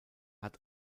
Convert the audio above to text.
hat